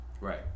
right